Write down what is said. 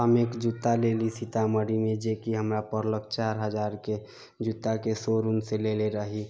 हम एक जुत्ता लेली सीतामढ़ीमे जेकि हमरा पड़लक चारि हजारके जुत्ताके शोरूमसँ लेले रही